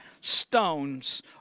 stones